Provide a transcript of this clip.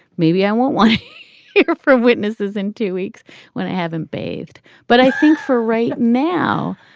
maybe i won't won't here for witnesses in two weeks when i haven't bathed. but i think for right now,